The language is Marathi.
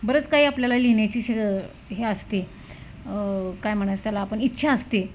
बरंच काही आपल्याला लिहिण्याची श् हे असते काय म्हणायचं त्याला आपण इच्छा असते